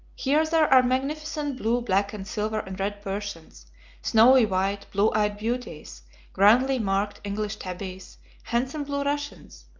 here there are magnificent blue, black and silver and red persians snowy white, blue-eyed beauties grandly marked english tabbies handsome blue russians,